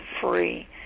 free